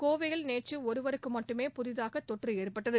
கோவையில் நேற்று ஒருவருக்கு மட்டுமே புதிதாக தொற்று ஏற்பட்டது